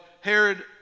Herod